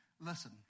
Listen